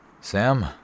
Sam